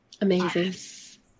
Amazing